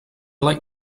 like